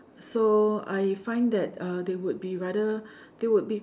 so I find that uh they would be rather they would be